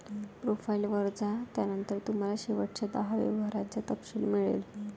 profile वर जा, त्यानंतर तुम्हाला शेवटच्या दहा व्यवहारांचा तपशील मिळेल